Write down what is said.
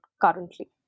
currently